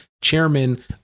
chairman